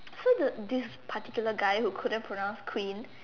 so the this particular guy who couldn't pronounce queen